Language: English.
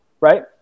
right